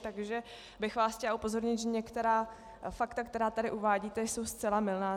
Takže bych vás chtěla upozornit, že některá fakta, která tady uvádíte, jsou zcela mylná.